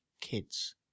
kids